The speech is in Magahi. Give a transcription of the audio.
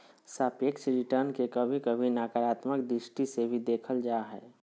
सापेक्ष रिटर्न के कभी कभी नकारात्मक दृष्टि से भी देखल जा हय